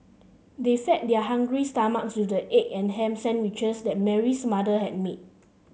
they fed their hungry stomachs with the egg and ham sandwiches that Mary's mother had made